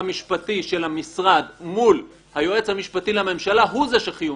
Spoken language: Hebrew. המשפטי של המשרד מול היועץ המשפטי לממשלה הוא זה שחיוני,